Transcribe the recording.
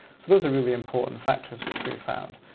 so those are really important factors which we found.